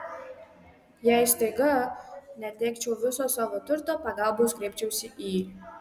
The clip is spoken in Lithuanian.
jei staiga netekčiau viso savo turto pagalbos kreipčiausi į